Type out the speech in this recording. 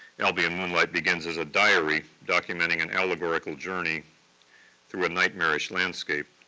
albion moonlight begins as a diary, documenting an allegorical journey through a nightmarish landscape.